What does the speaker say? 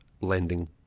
Lending